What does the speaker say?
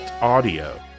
audio